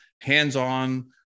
hands-on